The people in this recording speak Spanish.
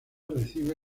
recibe